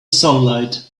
sunlight